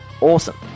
Awesome